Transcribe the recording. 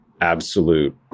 absolute